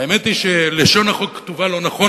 האמת היא שלשון החוק כתובה לא נכון,